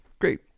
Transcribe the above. Great